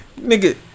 Nigga